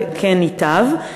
וכן ייטב.